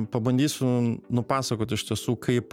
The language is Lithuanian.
pabandysiu nupasakoti iš tiesų kaip